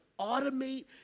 automate